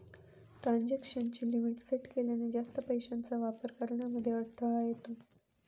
transaction ची limit set केल्याने, जास्त पैशांचा वापर करण्यामध्ये अडथळा येतो